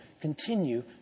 Continue